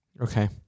Okay